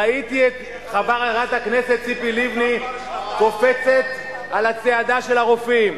ראיתי את חברת הכנסת ציפי לבני קופצת על הצעדה של הרופאים,